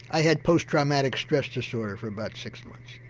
i had post traumatic stress disorder for about six months.